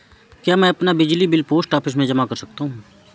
क्या मैं अपना बिजली बिल पोस्ट ऑफिस में जमा कर सकता हूँ?